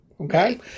okay